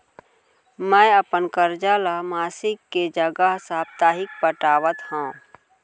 मै अपन कर्जा ला मासिक के जगह साप्ताहिक पटावत हव